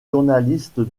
journaliste